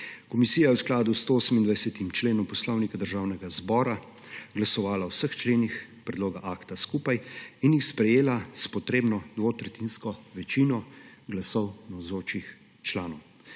Komisija je v skladu s 128. členom Poslovnika državnega zbora glasovala o vseh členih predloga akta skupaj in jih sprejela s potrebno dvotretjinsko večino glasov navzočih članov.